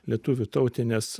lietuvių tautinės